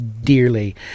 dearly